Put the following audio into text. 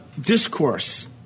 discourse